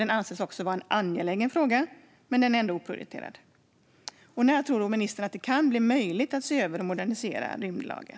Det anses vara en angelägen fråga, men den är ändå oprioriterad. När tror ministern att det kan bli möjligt att se över och modernisera rymdlagen?